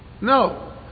No